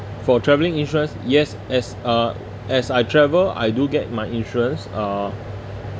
for travelling insurance yes as uh as I travel I do get my insurance uh